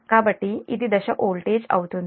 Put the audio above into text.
కాబట్టి ఇది దశ వోల్టేజ్ అవుతుంది